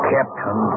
Captain